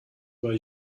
bei